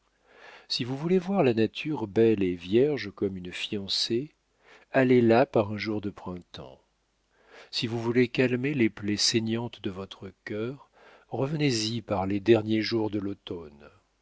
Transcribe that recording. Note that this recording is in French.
si vous voulez voir la nature belle et vierge comme une fiancée allez là par un jour de printemps si vous voulez calmer les plaies saignantes de votre cœur revenez y par les derniers jours de l'automne